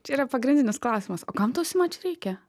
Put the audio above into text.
čia yra pagrindinis klausimas o kam tau sima čia reikia